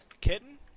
Kitten